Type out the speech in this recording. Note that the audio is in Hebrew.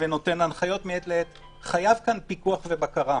ונותן הנחיות מעת לעת, חייב כאן פיקוח ובקרה.